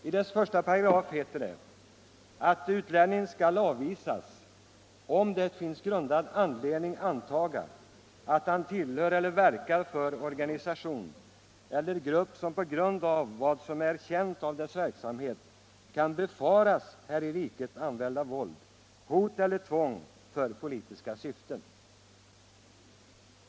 I dess 1§ heter det att utlänning ”skall avvisas, om det finnes grundad anledning antaga, att han tillhör eller verkar för organisation eller grupp som på grund av vad som är känt om dess verksamhet kan befaras här i riket använda våld, hot eller tvång för politiska syften”.